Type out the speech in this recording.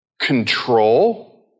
Control